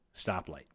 stoplight